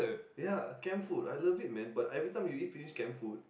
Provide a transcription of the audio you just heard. ya camp food I love it man but every time you eat finish camp food